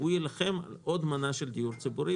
הוא יילחם על עוד מנה של דיור ציבורי.